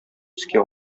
өскә